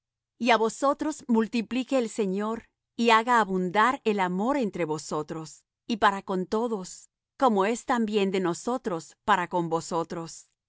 á vosotros multiplique el señor y haga abundar el amor entre vosotros y para con todos como es también de nosotros para con vosotros